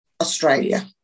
Australia